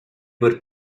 were